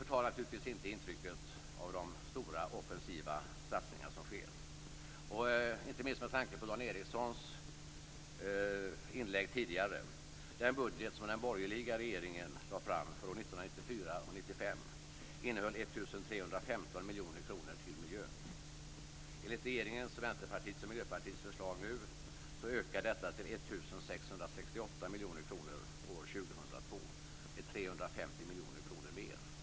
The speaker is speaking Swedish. Detta förtar naturligtvis inte intrycket av att det är stora offensiva satsningar som sker, inte minst med tanke på Dan Ericssons inlägg tidigare: Den budget som den borgerliga regeringen lade fram för 1994/95 innehöll 1 315 miljoner kronor till miljön. Enligt regeringens, Vänsterpartiets och Miljöpartiets förslag nu ökar detta till 1 668 miljoner kronor år 2002. Det är 350 miljoner kronor mer.